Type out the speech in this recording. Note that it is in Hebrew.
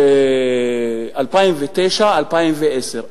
ב-2009 ו-2010,